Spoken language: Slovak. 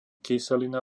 kyselina